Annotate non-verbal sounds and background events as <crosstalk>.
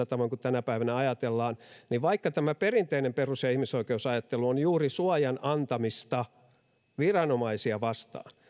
<unintelligible> tavoin kuin tänä päivänä ajatellaan vaikka tämä perinteinen perus ja ihmisoikeusajattelu on juuri suojan antamista viranomaisia vastaan